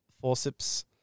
forceps